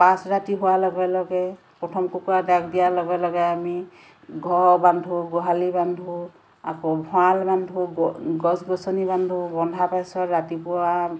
পাছ ৰাতি হোৱা লগে লগে প্ৰথম কুকুৰা ডাক দিয়াৰ লগে লগে আমি ঘৰ বান্ধো গোহালি বান্ধো আকৌ ভঁৰাল বান্ধোঁ গছ গছনি বান্ধো বন্ধাৰ পাছত ৰাতিপুৱা